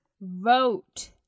vote